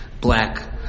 black